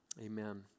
Amen